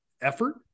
effort